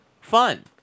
fun